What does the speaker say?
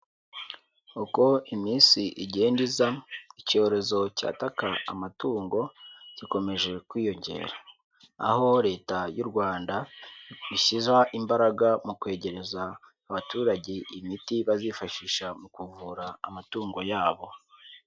Uko iminsi igenda iza, icyorezo cyataka amatungo gikomeje kwiyongera, aho Leta y'u Rwanda ishyize imbaraga mu kwegereza abaturage imiti bazifashisha mu kuvura amatungo yabo.